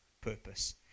purpose